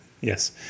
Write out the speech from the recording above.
Yes